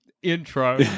Intro